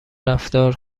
رفتار